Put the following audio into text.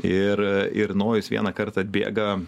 ir ir nojus vieną kartą atbėga